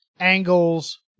Angles